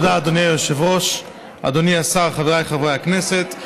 ותעבור לוועדת הפנים והגנת הסביבה להכנתה לקריאה שנייה ושלישית.